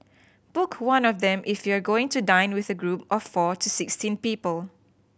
book one of them if you are going to dine with a group of four to sixteen people